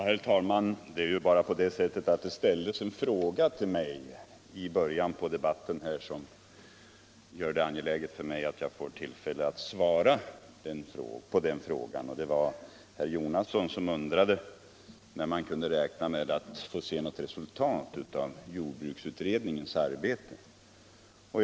Herr talman! I början av denna debatt ställdes det en fråga till mig, och det är angeläget för mig att få besvara den. Det var herr Jonasson som undrade när man kunde räkna med att få se resultaten av jordbruksutredningens arbete.